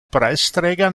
preisträger